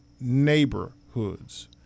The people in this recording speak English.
neighborhoods